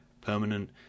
permanent